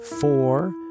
four